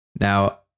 Now